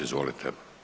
Izvolite.